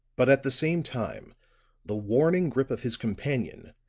but at the same time the warning grip of his companion,